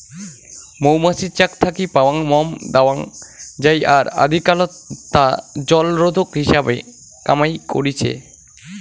মৌমাছির চাক থাকি পাওয়াং মোম খাওয়াং যাই আর আদিকালত তা জলরোধক হিসাবে কামাই করিচে